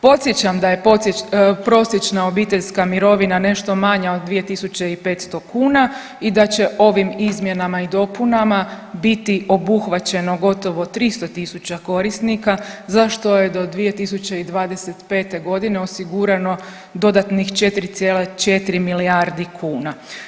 Podsjećam da je prosječna obiteljska mirovina nešto manja od 2500 kuna i da će ovim izmjenama i dopunama biti obuhvaćeno gotovo 300 tisuća korisnika za što je do 2025. g. osigurano dodatnih 4,4 milijardi kuna.